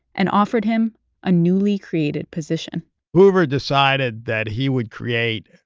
and offered him a newly created position hoover decided that he would create,